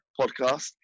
podcast